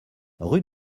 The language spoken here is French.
rue